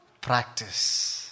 practice